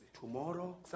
Tomorrow